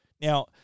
Now